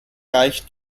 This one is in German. reicht